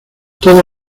todos